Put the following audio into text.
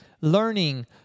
learning